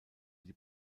die